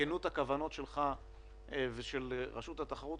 בכנות הכוונות שלך ושל רשות התחרות.